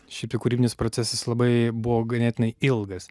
šiaip jau kūrybinis procesas labai buvo ganėtinai ilgas